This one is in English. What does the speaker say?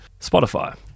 Spotify